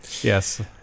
Yes